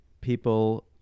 people